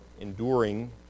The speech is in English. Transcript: enduring